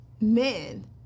men